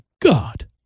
God